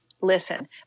listen